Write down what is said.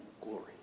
glory